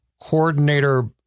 coordinator